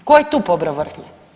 Tko je tu pobrao vrhnje?